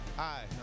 Hi